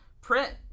print